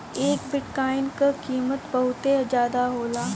एक बिट्काइन क कीमत बहुते जादा होला